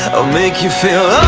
i'll make you feel